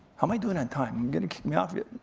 how am i doing on time, you gonna kick me off yet?